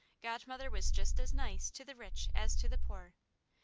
godmother was just as nice to the rich as to the poor,